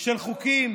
של חוקים